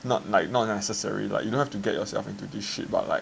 not like not necessary like you don't have to get yourself into this shit but like